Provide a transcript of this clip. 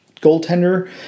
goaltender